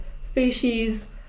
species